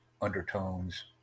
undertones